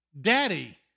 Daddy